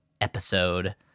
episode